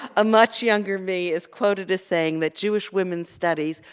ah a much younger me is quoted as saying that jewish women studies,